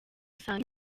usanga